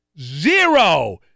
zero